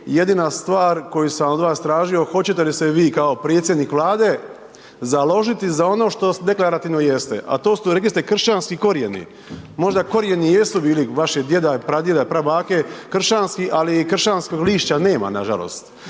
jedina stvar koju sam od vas tražio, hoćete li se vi kao predsjednik Vlade založiti za ono što deklarativno jeste, a to ste rekli ste kršćanski korijeni. Možda korijeni jesu bili vašeg djeda, pradjeda, prabake kršćanski, ali kršćanskog lišća nema nažalost,